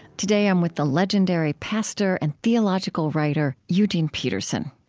today, i'm with the legendary pastor and theological writer eugene peterson.